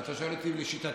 ואתה שואל אותי: לשיטתי.